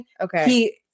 Okay